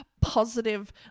positive